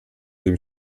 dem